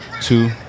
two